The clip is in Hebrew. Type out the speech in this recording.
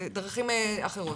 ובדרכים אחרות.